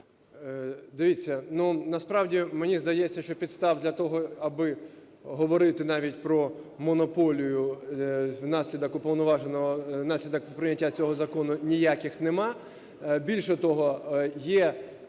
Дивіться, насправді, мені здається, що підстав для того аби говорити, навіть про монополію, внаслідок прийняття цього закону, ніяких нема. Більше того, є